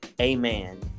amen